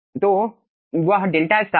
तो वह 𝛿 होगा